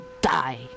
die